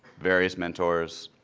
various mentors,